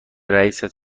رئیست